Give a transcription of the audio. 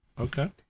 Okay